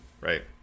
Right